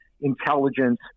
intelligence